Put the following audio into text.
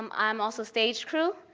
um i'm also stage crew.